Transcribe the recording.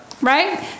right